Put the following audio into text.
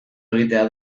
egitea